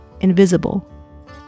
invisible